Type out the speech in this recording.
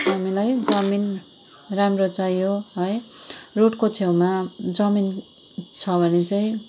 हामीलाई जमिन राम्रो चाहियो है रोडको छेउमा जमिन छ भने चाहिँ